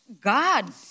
God